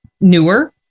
newer